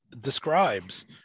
describes